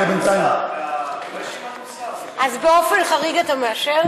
אז באופן חריג אתה מאשר?